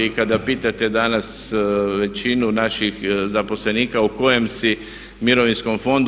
I kada pitate danas većinu naših zaposlenika u kojem si mirovinskom fondu.